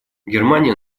германия